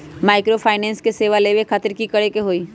Microfinance के सेवा लेबे खातीर की करे के होई?